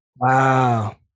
Wow